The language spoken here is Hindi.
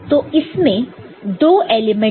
तो इसमें 2 एलिमेंट्स है